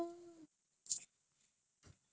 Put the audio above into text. practice பண்ணனும்:pannanum video வேணும்:venum